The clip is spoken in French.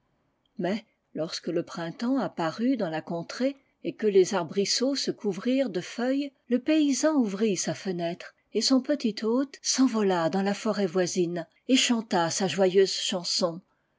mais lorsque le printemps apparut dans la contrée et que les arbrisseaux se couvrirent de feuilles le paysan ouvrit sa fenêtre et son petit hôte s'envola dans la forêt voisine et chanta sa joyeust chanson